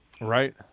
Right